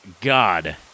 God